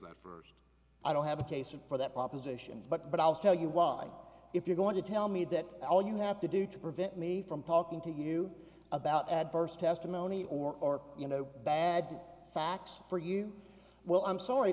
that first i don't have a case or for that proposition but i'll tell you why if you're going to tell me that all you have to do to prevent me from talking to you about adverse testimony or you know bad sax for you well i'm sorry